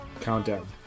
countdown